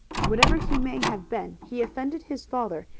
whatever he may have been, he offended his father,